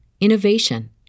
innovation